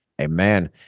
Amen